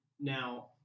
Now